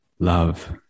Love